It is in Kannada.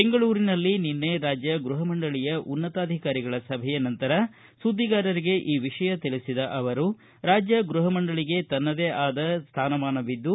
ಬೆಂಗಳೂರಿನಲ್ಲಿ ನಿನ್ನೆ ರಾಜ್ಯ ಗೃಹ ಮಂಡಳಿಯಉನ್ನತಾಧಿಕಾರಿಗಳ ಸಭೆಯ ನಂತರ ಸುದ್ದಿಗಾರರಿಗೆ ಈ ವಿಷಯ ತಿಳಿಸಿದ ಅವರು ರಾಜ್ಯ ಗೃಪ ಮಂಡಳಿಗೆ ತನ್ನದೇ ಆದ ಸ್ಥಾನಮಾನವಿದ್ದು